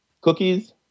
cookies